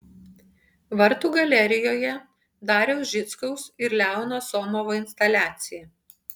vartų galerijoje dariaus žickaus ir leono somovo instaliacija